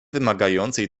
wymagającej